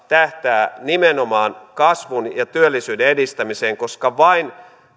tähtää nimenomaan kasvun ja työllisyyden edistämiseen koska vain